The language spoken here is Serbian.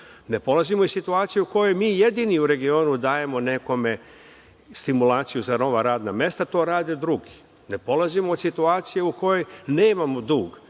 ne polazimo iz situacije u kojoj mi jedini u regionu dajemo nekome stimulaciju za nova radna mesta, to rade drugi. Ne polazimo od situacije u kojoj nemamo dug,